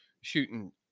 shooting